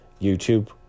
YouTube